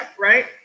right